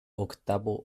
octavo